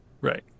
Right